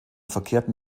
verkehrten